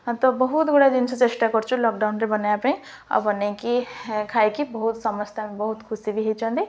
ହଁ ତ ବହୁତ ଗୁଡ଼ା ଜିନିଷ ଚେଷ୍ଟା କରୁଛୁ ଲକଡାଉନରେ ବନାଇବା ପାଇଁ ଆଉ ବନାଇକି ଖାଇକି ବହୁତ ସମସ୍ତେ ବହୁତ ଖୁସି ବି ହେଇଛନ୍ତି